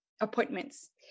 appointments